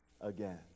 again